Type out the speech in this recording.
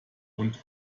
und